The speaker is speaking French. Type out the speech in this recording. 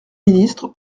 ministre